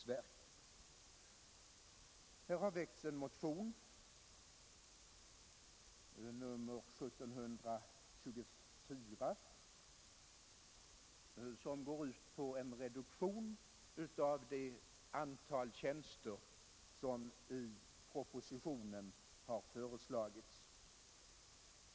Det har också i detta ärende väckts en motion, nr 1724, som går ut på en reduktion av det antal tjänster som föreslagits i propositionen.